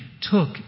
took